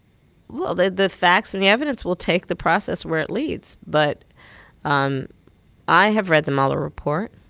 well, the the facts and the evidence will take the process where it leads. but um i have read the mueller report.